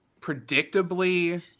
predictably